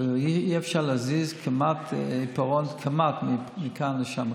אי-אפשר להזיז עיפרון, כמעט, מכאן לשם.